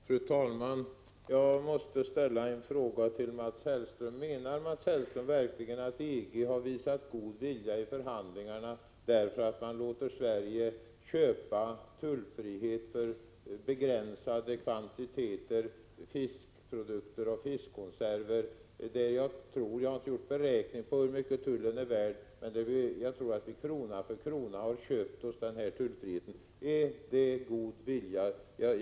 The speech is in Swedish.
Fru talman! Jag måste ställa en fråga till Mats Hellström. Menar Mats Hellström verkligen att EG har visat god vilja i förhandlingarna därför att man låter Sverige köpa tullfrihet för begränsade kvantiteter fiskprodukter och fiskkonserver? Jag har inte gjort en beräkning av hur mycket tullen är värd, men jag tror att vi krona för krona har köpt oss denna tullfrihet. Är det god vilja?